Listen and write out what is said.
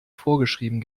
vorgeschrieben